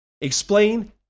explain